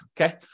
okay